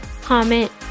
comment